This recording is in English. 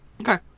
okay